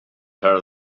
her